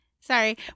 Sorry